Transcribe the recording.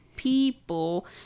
people